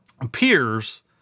appears